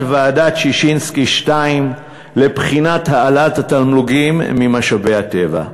ועדת ששינסקי 2 לבחינת העלאת התמלוגים ממשאבי הטבע.